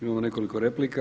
Imamo nekoliko replika.